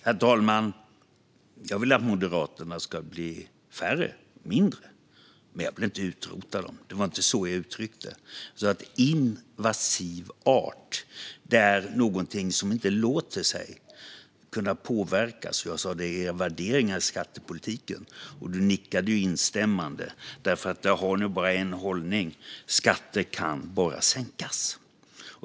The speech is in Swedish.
Herr talman! Jag vill att Moderaterna ska bli färre och att partiet ska bli mindre, men jag vill inte utrota dem. Det var inte så jag uttryckte det. En invasiv art är någonting som inte låter sig påverkas. Jag sa att det gällde era värderingar i skattepolitiken, och Jörgen Berglund nickade instämmande. Där har ni ju bara en hållning: Skatter kan bara sänkas.